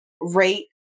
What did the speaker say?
rate